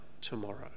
tomorrow